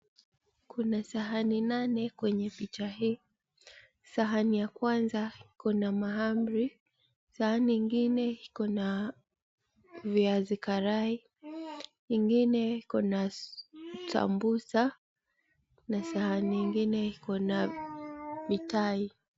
Kuna sahani nane kwenye picha hii. Sahani ya kwanza, iko na mahamri, sahani ingine iko na viazi karai, ingine iko na sambusa na sahani ingine iko na mitai.